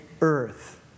earth